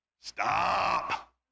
stop